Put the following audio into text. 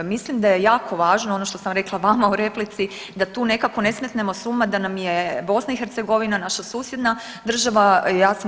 Mislim da je jako važno ono što sam rekla vama u replici, da tu nekako ne smetnemo s uma da nam je BiH naša susjedna država ja sam s